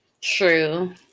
True